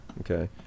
Okay